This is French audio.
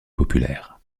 populaire